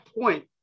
point